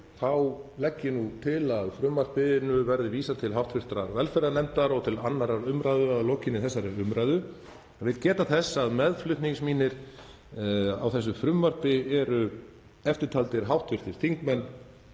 legg ég til að frumvarpinu verði vísað til hv. velferðarnefndar og til 2. umræðu að lokinni þessari umræðu. Vil ég geta þess að meðflutningsmenn mínir á þessu frumvarpi eru eftirtaldir hv. þingmenn: